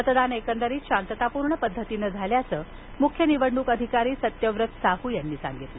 मतदान एकंदरीत शांततापूर्ण पद्धतीनं झळाय्चा मुख्य निवडणूक अधिकारी सत्यव्रत साहू यांनी सांगितलं